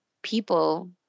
People